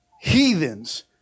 Heathens